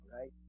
right